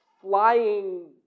flying